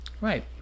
right